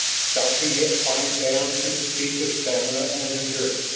stocky yet fined down to the peak of stamina and endurance,